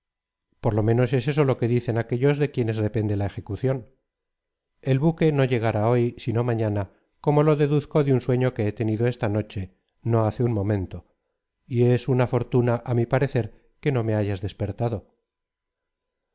por lo menos es eso lo que dicen aquellos de quienes depende la ejecución el buque no llegará hoy sino mañana como lo deduzco de un sueño que he tenido esta noche no hace un momento y es una fortuna ámi parecer que no me hayas despertado